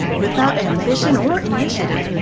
without ambition or initiative,